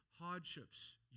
hardships